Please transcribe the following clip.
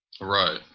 Right